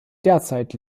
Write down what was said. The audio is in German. derzeit